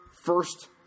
first